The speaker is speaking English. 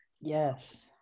yes